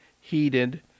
heated